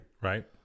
Right